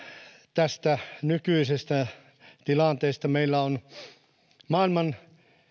tästä nykyisestä tilanteesta meillä on maailman